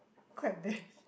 quite bad